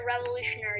Revolutionary